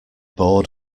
bored